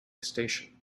station